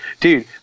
dude